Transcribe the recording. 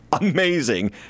amazing